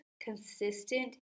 consistent